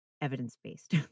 evidence-based